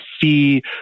fee